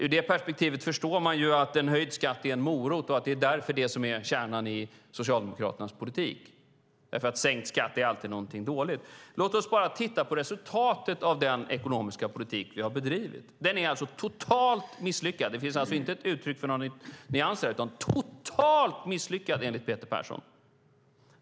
Ur det perspektivet förstår man att en höjd skatt är en morot och att det därför är det som är kärnan i Socialdemokraternas politik eftersom sänkt skatt alltid är någonting dåligt. Låt oss titta på resultatet av den ekonomiska politik vi har bedrivit. Den är alltså totalt misslyckad. Det finns inte uttryck för några nyanser, utan den är totalt misslyckad enligt Peter Persson.